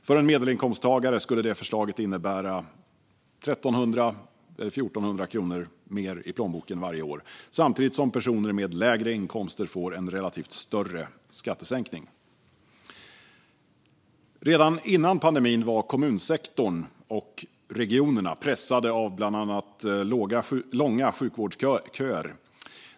För en medelinkomsttagare skulle förslaget innebära 1 300-1 400 kronor mer i plånboken varje år samtidigt som personer med lägre inkomster skulle få en relativt stor skattesänkning. Redan före pandemin var kommunsektorn och regionerna pressade av bland annat långa sjukvårdsköer.